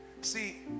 See